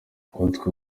uwitwa